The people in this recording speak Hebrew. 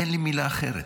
אין לי מילה אחרת.